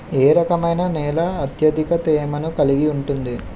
ఏ రకమైన నేల అత్యధిక తేమను కలిగి ఉంటుంది?